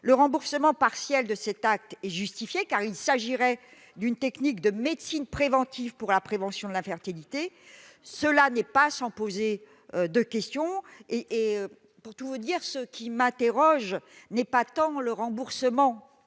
le remboursement partiel de cet acte est justifié par le fait qu'il s'agirait d'une technique de médecine préventive pour la prévention de l'infertilité, ce qui n'est pas sans poser de question. Ce qui m'interroge n'est pas tant le remboursement